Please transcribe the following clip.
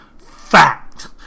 Fact